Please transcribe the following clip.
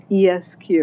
ESQ